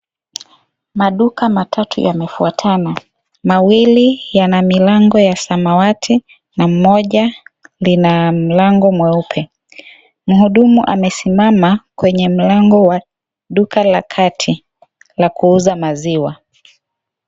Maduka matatu yamefuatana. Mawili, yana milango ya Samawati na mmoja lina mlango mweupe. Mhudumu amesimama, kwenye mlango wa duka la kati na kuuza maziwa.